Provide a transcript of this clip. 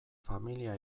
familia